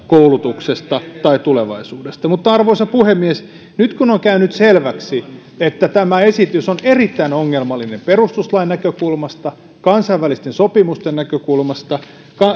koulutuksesta tai tulevaisuudesta mutta arvoisa puhemies nyt kun on käynyt selväksi että tämä esitys on erittäin ongelmallinen perustuslain näkökulmasta kansainvälisten sopimusten näkökulmasta